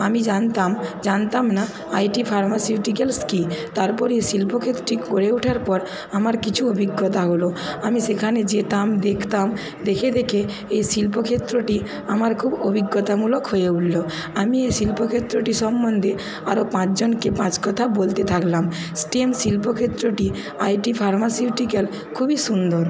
আমি জানতাম জানতাম না আইটি ফার্মাসিউটিক্যালস কি তারপরে এ শিল্প গড়ে ওঠার পর আমার কিছু অভিজ্ঞতা হল আমি সেখানে যেতাম দেখতাম দেখে দেখে এই শিল্পক্ষেত্রটি আমার খুব অভিজ্ঞতামূলক হয়ে উঠলো আমি এই শিল্পক্ষেত্রটি সম্বন্ধে আরো পাঁচজনকে পাঁচ কথা বলতে থাকলাম স্টেম শিল্পক্ষেত্রটি আইটি ফার্মাসিউটিক্যাল খুবই সুন্দর